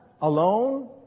alone